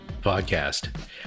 podcast